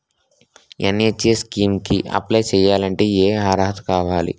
NHM scheme కి apply చేయాలి అంటే ఏ అర్హత కావాలి?